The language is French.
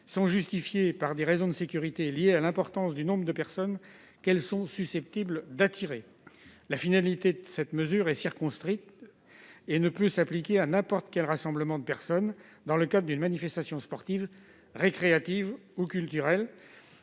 sont justifiées par des raisons de sécurité liées à l'importance du nombre de personnes qu'elles sont susceptibles d'attirer. La finalité de la mesure est circonscrite et ne peut s'appliquer à n'importe quel rassemblement de personnes dans le cadre d'une manifestation sportive, récréative ou culturelle,